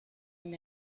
him